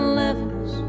levels